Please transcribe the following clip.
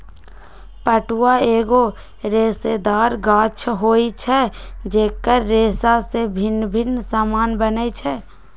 पटुआ एगो रेशेदार गाछ होइ छइ जेकर रेशा से भिन्न भिन्न समान बनै छै